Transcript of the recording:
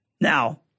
Now